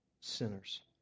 sinners